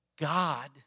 God